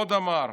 עוד אמר: